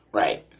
right